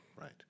Right